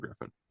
Griffin